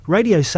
Radio